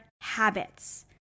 habits